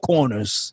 Corners